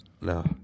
No